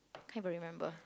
can't even remember